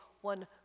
one